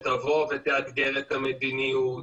עבודה שתבוא ותאתגר את המדיניות,